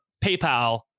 PayPal